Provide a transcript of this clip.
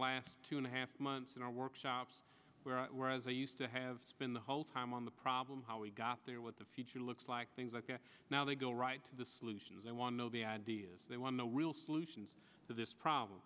last two and a half months in our workshops where whereas i used to have spent the whole time on the problem how we got there what the future looks like things like the now they go right to the solutions i want to know the ideas they want the real solutions to this problem